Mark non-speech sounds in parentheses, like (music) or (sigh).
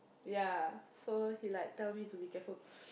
ya so he like tell me to be careful (noise)